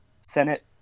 Senate